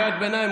קריאת ביניים,